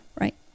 right